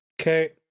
Okay